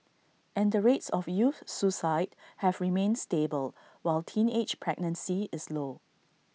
and the rates of youth suicide have remained stable while teenage pregnancy is low